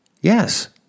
Yes